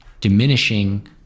diminishing